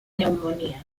neumonía